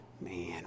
Man